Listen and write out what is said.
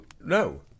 No